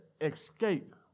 escape